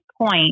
point